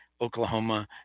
Oklahoma